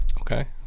Okay